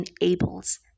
enables